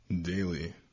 Daily